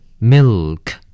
Milk